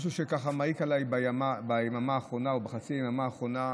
משהו שככה מעיק עליי ביממה האחרונה או בחצי היממה האחרונה.